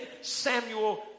Samuel